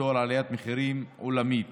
לאור עליית מחירים עולמית